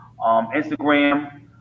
Instagram